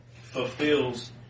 fulfills